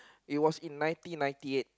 it was in nineteen ninety eight